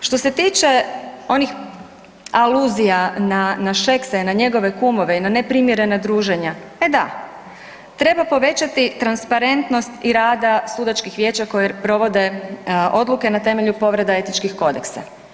Što se tiče onih aluzija na Šeksa i njegove kumove i na neprimjerena druženja, e da treba povećati transparentnost i rada sudačkih vijeća koji provode odluke na temelju povreda etičkih kodeksa.